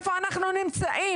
איפה אנחנו נמצאים.